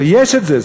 ויש את זה,